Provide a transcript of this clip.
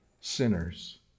sinners